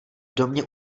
domě